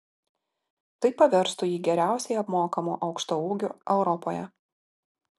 tai paverstų jį geriausiai apmokamu aukštaūgiu europoje